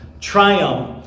triumph